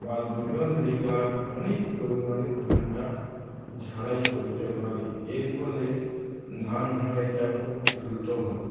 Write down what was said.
বা দুজন লেবার অনেক পরিমাণে ধানটা ঝাড়াই করতে পারে এর ফলে ধান ঝাড়াইটা খুব দ্রুত হয়